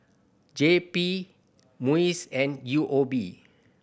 J P MUIS and U O B